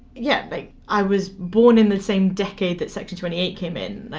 yeah like i was born in the same decade that section twenty eight came in, like,